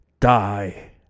die